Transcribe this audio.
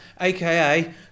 aka